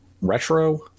retro